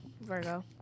Virgo